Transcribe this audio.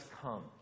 come